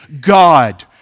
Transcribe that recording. God